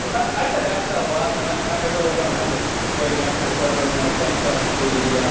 i get asked that a lot and i, i really don't have a great answer for it. i mean, i think that the